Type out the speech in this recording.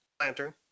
Lantern